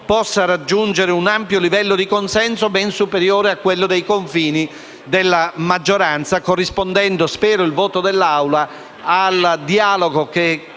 possa raggiungere un ampio livello di consenso, ben superiore a quello dei confini della maggioranza, corrispondendo, spero, il voto dell'Assemblea al dialogo che